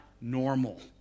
normal